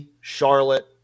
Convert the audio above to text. Charlotte